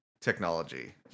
technology